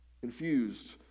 Confused